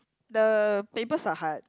the papers are hard